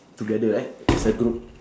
together right as a group